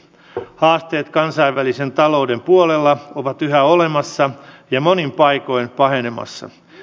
haasteet kansainvälisen talouden puolella ovat yhä olemassa ja monin paikoin pahenemassa